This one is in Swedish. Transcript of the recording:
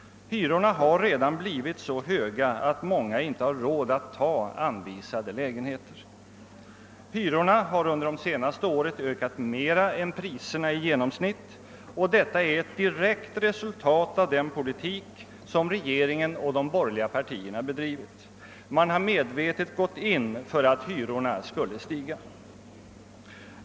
Hyrorna har redan blivit så höga, att många inte har råd att ta anvisade lägenheter. Hyrorna har under de senaste åren ökat mera än priserna i genomsnitt, och detta är ett direkt resultat av den politik som regeringen och de borgerliga partierna bedrivit. Man har medvetet gått in för att hyrorna skulle stiga.